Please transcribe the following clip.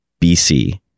BC